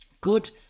Good